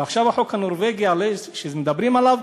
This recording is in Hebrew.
ועכשיו החוק הנורבגי, כשמדברים עליו,